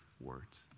words